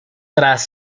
tras